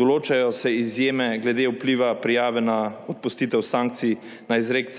določajo se izjeme glede vpliva prijave na odpustitev sankcij na izrek